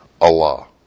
Allah